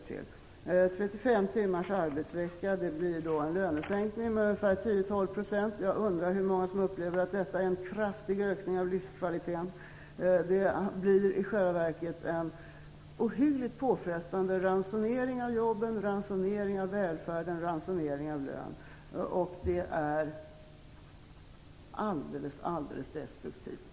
En 35 timmars arbetsvecka innebär en lönesänkning med 10-12 %, och jag undrar hur många som upplever att detta är en kraftig ökning av livskvaliteten. Det blir i själva verket en ohyggligt påfrestande ransonering av jobb, av välfärd och av lön. Det är helt destruktivt.